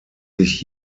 sich